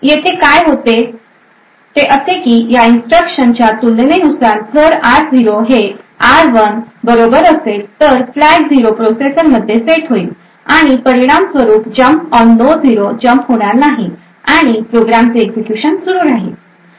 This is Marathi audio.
तर येथे काय होते ते असे की या इन्स्ट्रक्शन च्या तुलनेने नुसार जर r0 हे r1 बरोबर असेल तर फ्लॅग 0 प्रोसेसर मध्ये सेट होईल आणि परिणामस्वरूप jump on no zero jump होणार नाही आणि प्रोग्रामचे एक्झिक्युशन सुरू राहील